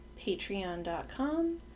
patreon.com